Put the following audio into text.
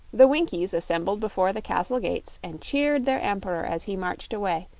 the winkies assembled before the castle gates and cheered their emperor as he marched away,